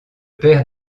père